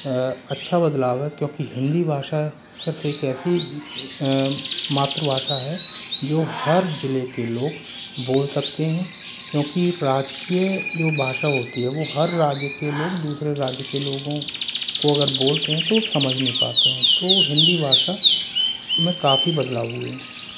अच्छा बदलाव है क्योंकि हिंदी भाषा सिर्फ एक ऐसी मात्र भाषा है जो हर ज़िले के लोग बोल सकते हैं क्योंकि राजकीय जो भाषा होती है वो हर राज्य के लोग दूसरे राज्य के लोगों को अगर बोलते हैं तो समझ नहीं पाते हैं तो हिंदी भाषा में काफी बदलाव हुए हैं